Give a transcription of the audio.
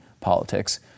politics